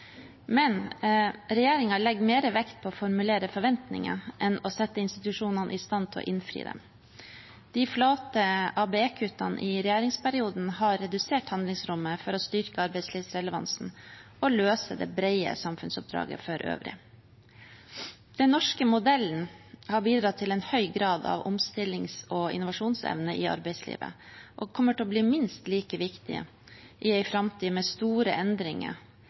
Men regjeringen legger mer vekt på å formulere forventninger enn å sette institusjonene i stand til å innfri dem. De flate ABE-kuttene i regjeringsperioden har redusert handlingsrommet for å styrke arbeidslivsrelevansen og løse det brede samfunnsoppdraget for øvrig. Den norske modellen har bidratt til en høy grad av omstillings- og innovasjonsevne i arbeidslivet og kommer til å bli minst like viktig i en framtid med store endringer